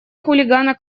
хулигана